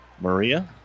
Maria